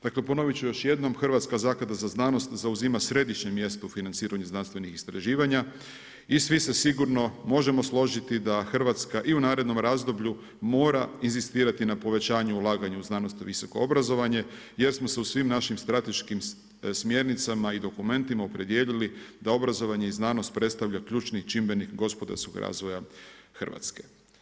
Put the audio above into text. Dakle ponoviti ću još jednom Hrvatska zaklada za znanost zauzima središnje mjesto u financiranju znanstvenih istraživanja i svi se sigurno možemo složiti da Hrvatska i u narednom razdoblju mora inzistirati na povećanju ulaganja u znanost i visoko obrazovanje jer smo se u svim našim strateškim smjernicama i dokumentima opredijelili da obrazovanje i znanost predstavlja ključni čimbenik gospodarskog razvoja Hrvatske.